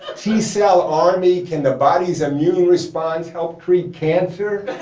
ah t-cell army can the body's immune response help treat cancer?